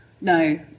no